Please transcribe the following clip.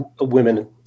women